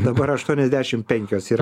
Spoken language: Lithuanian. dabar aštuoniasdešim penkios yra